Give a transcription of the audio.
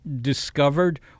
discovered